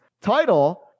title